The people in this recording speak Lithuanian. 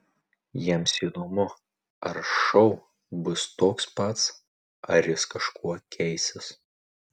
jiems įdomu ar šou bus toks pats ar jis kažkuo keisis